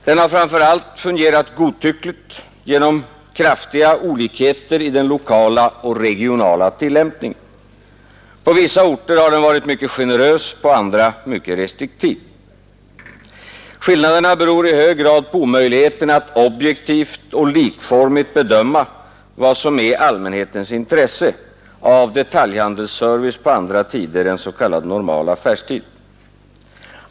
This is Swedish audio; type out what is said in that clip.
Den har framför allt fungerat godtyckligt genom kraftiga olikheter i den lokala och regionala tillämpningen. På vissa orter har man varit mycket generös och på andra mycket restriktiv. Skillnaderna beror i hög grad på omöjligheten att objektivt och likformigt bedöma vad som är allmänhetens intresse av detaljhandelsservice på andra tider än s.k. normal affärstid.